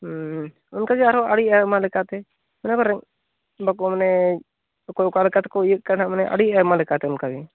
ᱚᱱᱠᱟ ᱜᱮ ᱟᱨᱦᱚᱸ ᱟᱹᱰᱤ ᱟᱭᱢᱟ ᱞᱮᱠᱟ ᱛᱮ ᱚᱱᱟ ᱠᱟᱨᱚᱱ ᱵᱟᱠᱚ ᱢᱟᱱᱮ ᱚᱠᱚᱭ ᱚᱠᱟ ᱞᱮᱠᱟ ᱛᱮᱠᱚ ᱤᱭᱟᱹᱜ ᱠᱟᱱᱟ ᱢᱟᱱᱮ ᱟᱹᱰᱤ ᱟᱭᱢᱟ ᱞᱮᱠᱟᱛᱮ ᱚᱱᱠᱟ ᱜᱮ